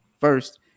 First